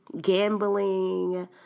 gambling